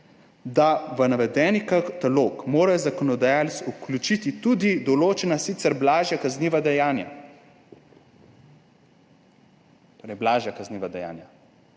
v navedeni katalog mora »zakonodajalec vključiti tudi določena, sicer blažja kazniva dejanja«.« Torej blažja kazniva dejanja.